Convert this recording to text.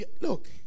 Look